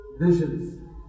visions